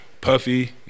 Puffy